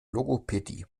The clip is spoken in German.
logopädie